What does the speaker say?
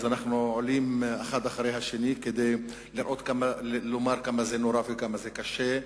אנחנו עולים אחד אחרי השני כדי לומר כמה זה נורא וכמה זה קשה,